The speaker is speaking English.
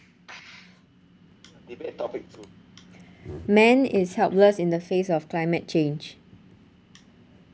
debate topic two men is helpless in the face of climate change